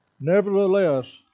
Nevertheless